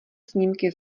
snímky